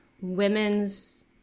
women's